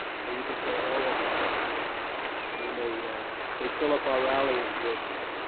you know you can say, oh, obamacare i mean, they they fill up our alleys with